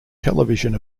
television